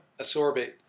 asorbate